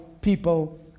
people